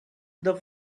the